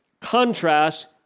contrast